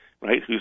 right